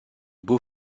beau